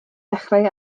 dechrau